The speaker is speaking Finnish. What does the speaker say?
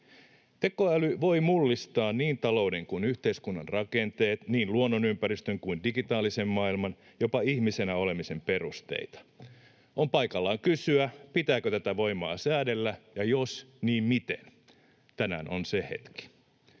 Tekoäly voi mullistaa niin talouden kuin yhteiskunnankin rakenteet, niin luonnonympäristön kuin digitaalisen maailmankin, jopa ihmisenä olemisen perusteita. On paikallaan kysyä, pitääkö tätä voimaa säädellä, ja jos, niin miten. Tänään on se hetki.